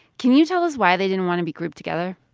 can you tell us why they didn't want to be grouped together?